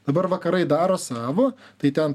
dabar vakarai daro savo tai ten